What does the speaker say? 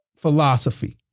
philosophy